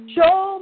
Show